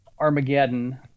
Armageddon